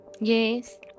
Yes